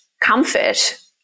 comfort